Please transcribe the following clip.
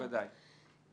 בוודאי.